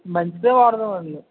మంచిదే వాడదామండి